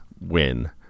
win